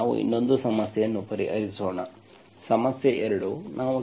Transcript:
ಈಗ ನಾವು ಇನ್ನೊಂದು ಸಮಸ್ಯೆಯನ್ನು ಪರಿಹರಿಸೋಣ ಸಮಸ್ಯೆ 2